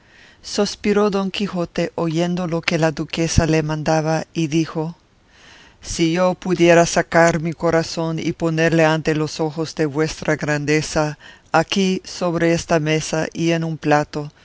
mancha sospiró don quijote oyendo lo que la duquesa le mandaba y dijo si yo pudiera sacar mi corazón y ponerle ante los ojos de vuestra grandeza aquí sobre esta mesa y en un plato